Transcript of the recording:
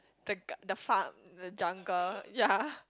the g~ the farm the jungle yea